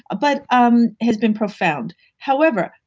ah but um has been profound however,